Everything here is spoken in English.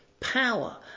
Power